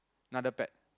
another pet